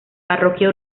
parroquia